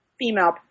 female